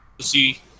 see